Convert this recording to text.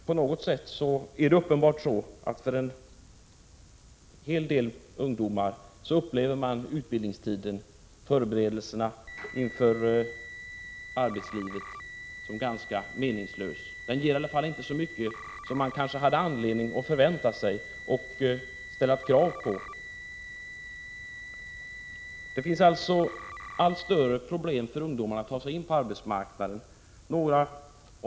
På något sätt är det uppenbarligen så att en hel del ungdomar upplever utbildningstiden — förberedelserna inför arbetslivet — som ganska meningslös. Den ger i alla fall inte så mycket som man hade anledning att förvänta sig och ställa krav på. Det har alltså blivit allt större svårigheter för ungdomarna att ta sig in på arbetsmarknaden.